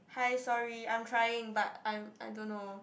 hi sorry I'm trying but I'm I don't know